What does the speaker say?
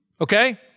Okay